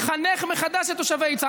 לחנך מחדש את תושבי יצהר.